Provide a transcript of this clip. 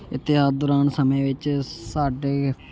ਇਤਿਹਾਸ ਦੌਰਾਨ ਸਮੇਂ ਵਿੱਚ ਸਾਡੇ